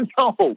No